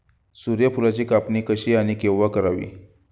सूर्यफुलाची कापणी कशी आणि केव्हा करावी?